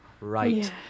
right